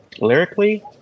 lyrically